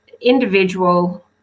individual